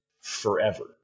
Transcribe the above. forever